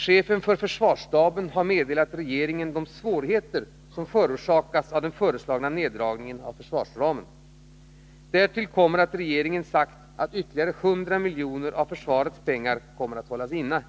Chefen för försvarsstaben har meddelat regeringen de svårigheter som förorsakas av den föreslagna neddragningen av försvarsramen. Till detta kan läggas att regeringen sagt att ytterligare 100 miljoner av försvarets pengar kommer att hållas inne.